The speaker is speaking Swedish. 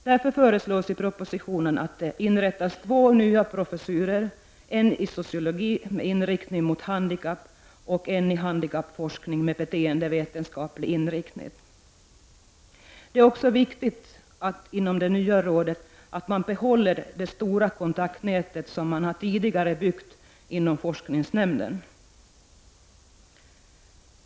Därför föreslås i propositionen att det skall inrättas två nya professurer, en i sociologi med inriktning mot handikapp och en i handikappforskning med beteendevetenskaplig inriktning. Det är viktigt att man inom det nya rådet behåller det stora kontaktnät som tidigare har byggts upp inom forskningsnämnden.